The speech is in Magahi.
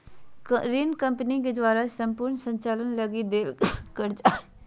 ऋण कम्पनी के द्वारा सम्पूर्ण संचालन लगी देल गेल कर्जा हइ